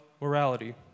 morality